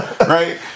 Right